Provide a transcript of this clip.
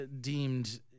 deemed